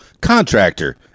contractor